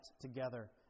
together